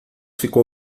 ficou